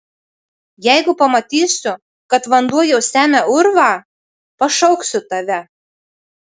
jeigu pamatysiu kad vanduo jau semia urvą pašauksiu tave